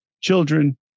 children